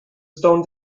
stone